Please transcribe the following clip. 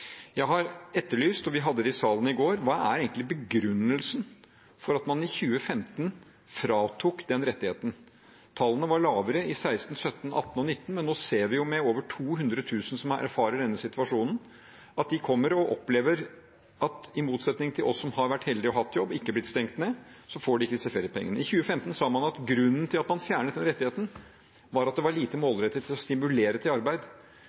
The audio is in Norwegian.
vi hadde det oppe i salen i går: Hva er egentlig begrunnelsen for at man i 2015 fratok folk den rettigheten? Tallene var lavere i 2016, 2017, 2018 og 2019. Nå ser vi at 200 000 erfarer denne situasjonen – de opplever at i motsetning til oss som har vært heldige å ha jobb og ikke har blitt stengt ned, får de ikke disse feriepengene. I 2015 sa man at grunnen til at man fjernet den rettigheten, var at den var lite målrettet til å stimulere til arbeid.